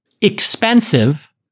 expensive